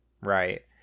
right